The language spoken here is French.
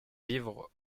vivres